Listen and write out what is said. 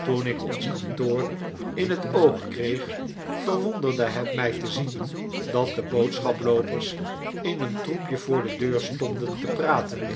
toen ik ons kantoor in het oog kreeg verwonderde het mij te zien dat de boodschaploopers in een troepje voor de deur stonden te praten